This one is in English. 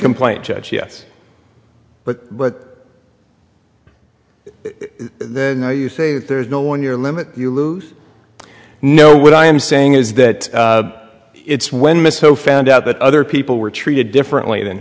complaint yet yes but but then you say that there is no one year limit you lose no what i am saying is that it's when misho found out that other people were treated differently than